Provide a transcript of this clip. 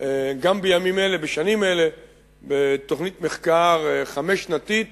גם בימים אלה בתוכנית מחקר חמש-שנתית